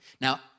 Now